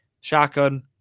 shotgun